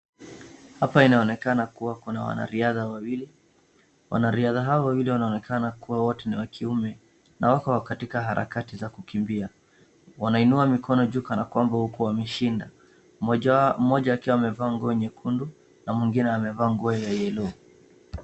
Hapa inaonekana kuwa kuna wanariadha wawili. Wanariadha hawa wawili wanaonekana kuwa wote ni wa kiume na wako katika harakati za kukimbia. Wanainua mikono juu kanakwamba huku wameshinda. Mmoja akiwa amevaa nguo nyekundu na mwingine amevaa nguo ya yellow .